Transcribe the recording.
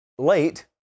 Late